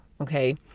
Okay